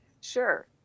Sure